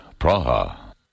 Praha